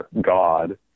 God